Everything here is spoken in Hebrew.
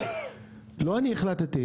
לא אני החלטתי.